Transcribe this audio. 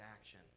action